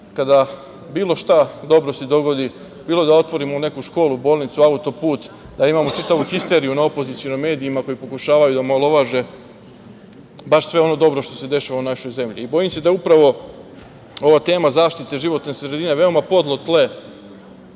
kada bilo šta dobro se dogodi, bilo da otvorimo neku školu, bolnicu, autoput, da imao čitavu histeriju na opozicionim medijima koji pokušavaju da omalovaže baš sve ono dobro što se dešava u našoj zemlji. Bojim se da upravo ova tema zaštita životne sredine veoma podlo tle